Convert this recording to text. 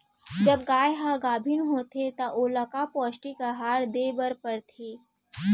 जब गाय ह गाभिन होथे त ओला का पौष्टिक आहार दे बर पढ़थे?